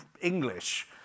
English